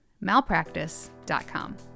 malpractice.com